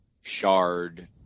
shard